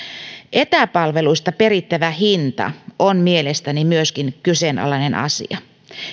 etäpalveluista perittävä hinta on mielestäni myöskin kyseenalainen asia